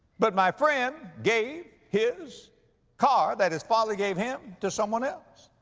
but my friend gave his car, that his father gave him, to someone else.